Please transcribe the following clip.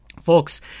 Folks